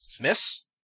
Miss